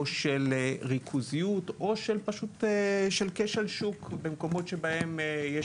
של ריכוזיות או של פשוט של כשל שוק במקומות שבהם יש